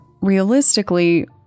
realistically